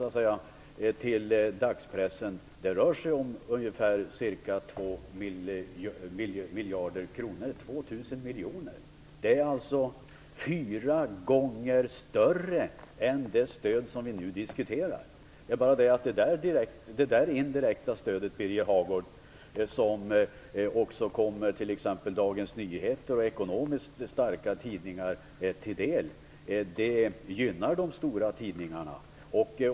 Det stödet till dagspressen rör sig om ungefär 2 miljarder kronor - 2 000 miljoner. Det är alltså fyra gånger större än det stöd vi nu diskuterar. Det är bara det att detta indirekta stöd, som också kommer t.ex. Dagens Nyheter och ekonomiskt starka tidningar till del, gynnar de stora tidningarna.